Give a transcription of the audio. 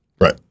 Right